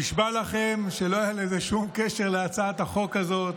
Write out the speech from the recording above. נשבע לכם שלא היה לזה שום קשר להצעת החוק הזאת.